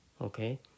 Okay